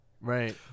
Right